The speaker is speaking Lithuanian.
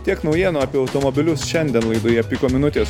tiek naujienų apie automobilius šiandien laidoje piko minutės